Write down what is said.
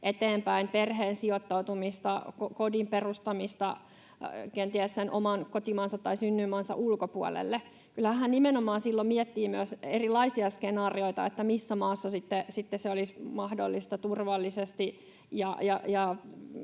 eteenpäin, perheen sijoittautumista, kodin perustamista kenties sen oman kotimaansa tai synnyinmaansa ulkopuolelle. Kyllä hän nimenomaan silloin miettii myös erilaisia skenaarioita, että missä maassa sitten se olisi mahdollista turvallisesti